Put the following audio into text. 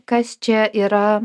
kas čia yra